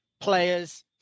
players